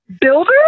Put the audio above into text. builder